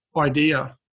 idea